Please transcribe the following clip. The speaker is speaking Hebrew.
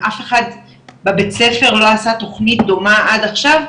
אף אחד בבית ספר לא עשה תוכנית דומה עד עכשיו,